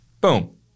Boom